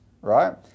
right